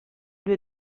due